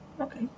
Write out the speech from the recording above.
Okay